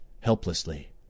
helplessly